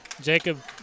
Jacob